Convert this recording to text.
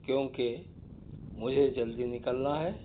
کیونکہ مجھے جلدی نکلنا ہے